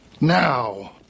Now